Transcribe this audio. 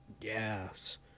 Yes